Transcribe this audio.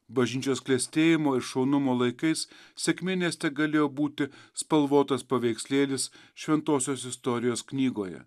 bažnyčios klestėjimo ir šaunumo laikais sekminės tegalėjo būti spalvotas paveikslėlis šventosios istorijos knygoje